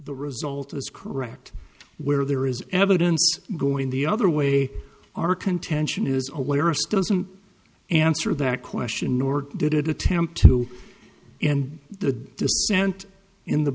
the result is correct where there is evidence going the other way our contention is a laris doesn't answer that question nor did it attempt to end the dissent in the